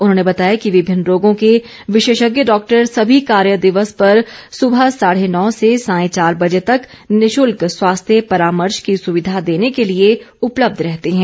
उन्होंने बताया कि विभिन्न रोगों के विशेषज्ञ डॉक्टर सभी कार्य दिवस पर सुबह साढ़े नौ से सायं चार बजे तक निशुल्क स्वास्थ्य परामर्श की सुविधा देने के लिए उपलब्ध रहते हैं